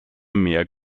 mehr